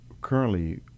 currently